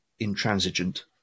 intransigent